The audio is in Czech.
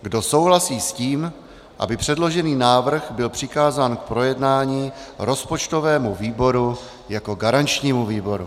Kdo souhlasí s tím, aby předložený návrh byl přikázán k projednání rozpočtovému výboru jako garančnímu výboru?